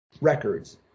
records